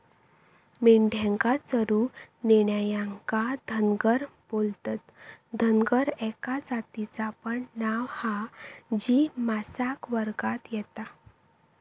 मेंढ्यांका चरूक नेणार्यांका धनगर बोलतत, धनगर एका जातीचा पण नाव हा जी मागास वर्गात येता